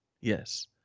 Yes